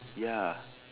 ya